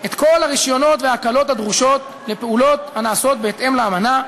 את כל הרישיונות וההקלות הדרושות לפעולות הנעשות בהתאם לאמנה,